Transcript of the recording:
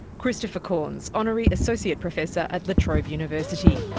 christopher corns, honorary associate professor at la trobe university.